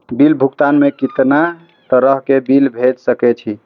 Bill भुगतान में कितना तरह के बिल भेज सके छी?